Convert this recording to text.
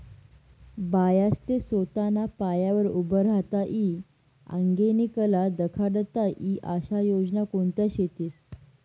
बायास्ले सोताना पायावर उभं राहता ई आंगेनी कला दखाडता ई आशा योजना कोणत्या शेतीस?